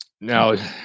now